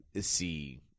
see